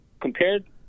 Compared –